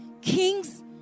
Kings